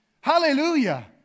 Hallelujah